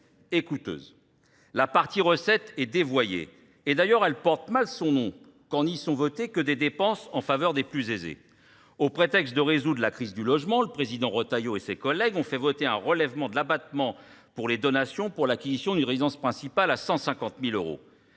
coûteuses. La partie recette est dévoyée et d'ailleurs elle porte mal son nom quand n'y sont votés que des dépenses en faveur des plus aisées. Au prétexte de résoudre la crise du logement, le président Retailleau et ses collègues ont fait voter un relèvement de l'abattement pour les donations pour l'acquisition d'une résidence principale à 150 000 euros.